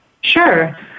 Sure